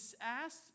asked